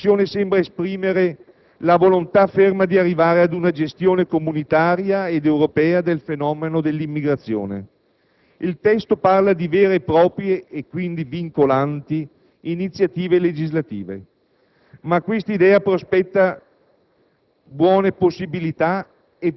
Il programma di lavoro della Commissione sembra esprimere la volontà ferma di arrivare ad una gestione comunitaria ed europea del fenomeno dell'immigrazione. Il testo parla di vere e proprie, e quindi vincolanti, iniziative legislative. Ma questa idea prospetta